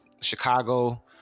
Chicago